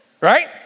right